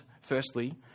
firstly